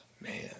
Man